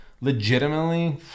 legitimately